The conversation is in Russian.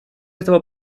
этого